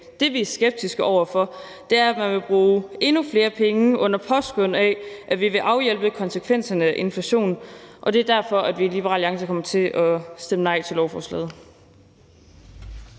Det, vi skeptiske over for, er, at man vil bruge endnu flere penge, under påskud af at vi vil afhjælpe konsekvenserne af inflationen, og det er derfor, at vi i Liberal Alliance kommer til at stemme nej til lovforslaget.